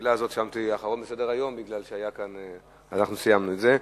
השאלה הזאת שמנו אחרונה בסדר-היום משום שאנחנו סיימנו את זה.